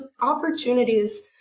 opportunities